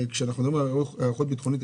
כשאנחנו מדברים על היערכות ביטחונית,